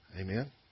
Amen